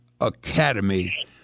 Academy